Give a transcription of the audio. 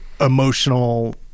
emotional